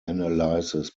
analysis